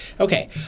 Okay